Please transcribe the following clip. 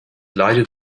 lighted